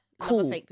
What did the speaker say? Cool